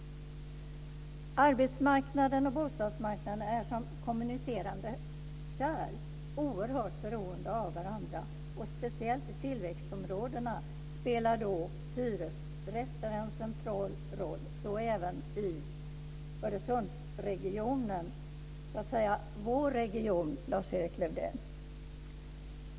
Arbetsmarknaden och bostadsmarknaden är som kommunicerande kärl - de är oerhört beroende av varandra - och speciellt i tillväxtområdena spelar då hyresrätter en central roll. Så är det även i Öresundsregionen - så att säga vår region, Lars-Erik Lövdén.